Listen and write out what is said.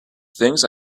things